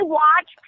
watch